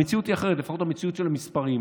המציאות היא אחרת, לפחות המציאות של המספרים.